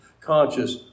conscious